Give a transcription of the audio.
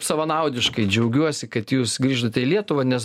savanaudiškai džiaugiuosi kad jūs grįžote į lietuvą nes